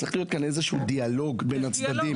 צריך להיות איזשהו דיאלוג בין הצדדים?